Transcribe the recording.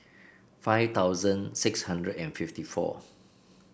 five thousand six hundred and fifty four